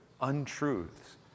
untruths